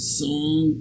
song